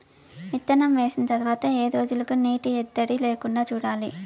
విత్తనం వేసిన తర్వాత ఏ రోజులకు నీటి ఎద్దడి లేకుండా చూడాలి?